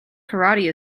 karate